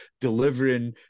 delivering